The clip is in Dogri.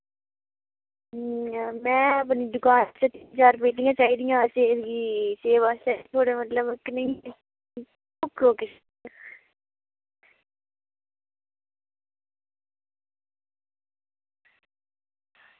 में अपनी दकान आस्तै तिन चार पेटियां चाहिदियां सेब गी सेब आस्तै थुआढ़ा मतलब कनेही